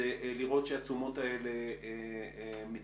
זה לראות שהתשומות האלה מתקיימות.